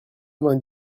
vingt